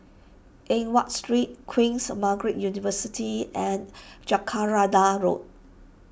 Eng Watt Street Queen Margaret University and Jacaranda Road